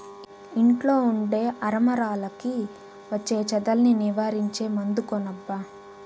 ఇంట్లో ఉండే అరమరలకి వచ్చే చెదల్ని నివారించే మందు కొనబ్బా